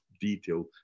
detail